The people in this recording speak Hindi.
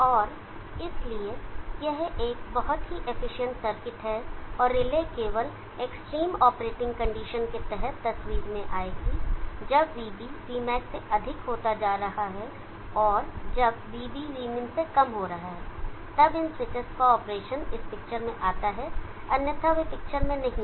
और इसलिए यह एक बहुत ही एफिशिएंट सर्किट है और रिले केवल एक्सट्रीम ऑपरेटिंग कंडीशन के तहत तस्वीर में आएगी जब vB vmax से अधिक होता जा रहा है और जब vB vmin से कम हो रहा है तब इन स्विचों का ऑपरेशन इस पिक्चर में आता है अन्यथा वे पिक्चर में नहीं हैं